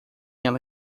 ela